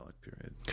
period